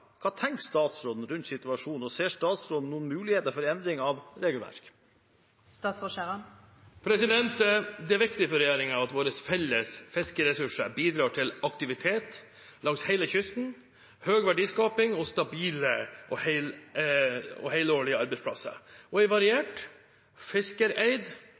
Hva tenker statsråden rundt situasjon, og ser statsråden noen muligheter for endringer av regelverket?» Det er viktig for regjeringen at våre felles fiskeressurser bidrar til aktivitet langs hele kysten, høy verdiskaping og stabile og helårige arbeidsplasser. En variert, fiskereid og bærekraftig fiskeflåte er grunnleggende for å nå dette målet. Prinsippet om en fiskereid